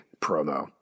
promo